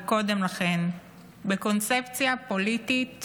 וקודם לכן בקונספציה פוליטית